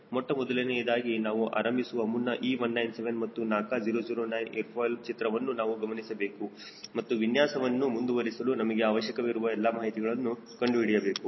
ಮೊಟ್ಟಮೊದಲನೆಯದಾಗಿ ನಾವು ಆರಂಭಿಸುವ ಮುನ್ನ E197 ಮತ್ತು NACA009 ಏರ್ ಫಾಯ್ಲ್ ಚಿತ್ರವನ್ನು ನಾವು ಗಮನಿಸಬೇಕು ಮತ್ತು ವಿನ್ಯಾಸವನ್ನು ಮುಂದುವರೆಸಲು ನಮಗೆ ಅವಶ್ಯಕವಿರುವ ಎಲ್ಲ ಮಾಹಿತಿಯನ್ನು ಕಂಡುಹಿಡಿಯಬೇಕು